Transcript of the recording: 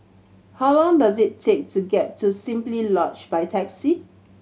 how long does it take to get to Simply Lodge by taxi